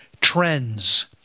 trends